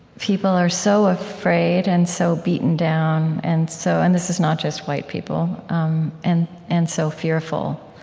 people are so afraid, and so beaten down, and so and this is not just white people um and and so fearful